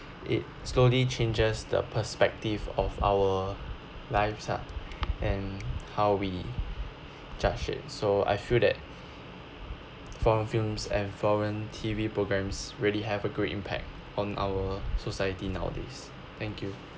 it slowly changes the perspective of our lifestyle and how we judge it so I feel that for films and foreign T_V programs really have a great impact on our society nowadays thank you